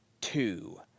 two